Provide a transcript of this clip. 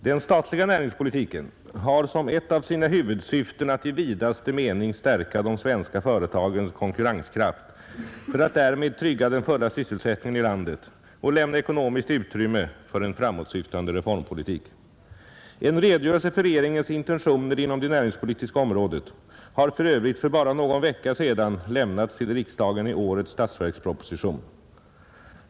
Den statliga näringspolitiken har som ett av sina huvudsyften att i vidaste mening stärka de svenska företagens konkurrenskraft för att därmed trygga den fulla sysselsättningen i landet och lämna ekonomiskt utrymme för en framåtsyftande reformpolitik. En redogörelse för regeringens intentioner inom det industripolitiska området har för övrigt för bara någon vecka sedan lämnats till riksdagen i årets statsverksproposition.